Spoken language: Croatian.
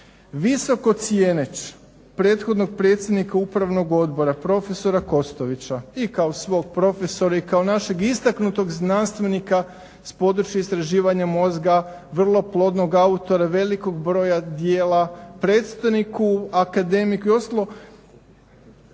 Visoko cijeneć prethodnog predsjednika Upravnog odbora profesora Kostovića i kao svog profesora i kao našeg istaknutog znanstvenika s područja istraživanja mozga, vrlo plodnog autora velikog broja djela, predstojniku akademiku i ostalo